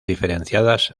diferenciadas